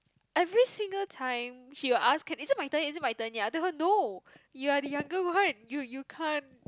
every single time she will ask can is it my turn is it my turn yet I told her no you're the younger one you you can't